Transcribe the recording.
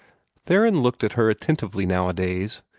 theron looked at her attentively nowadays,